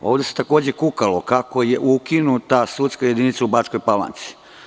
Ovde se takođe kukalo kako je ukinuta sudska jedinica u Bačkoj Palanci.